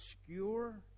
obscure